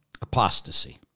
apostasy